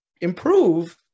improve